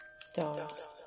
Stars